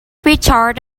richard